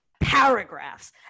paragraphs